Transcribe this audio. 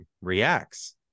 reacts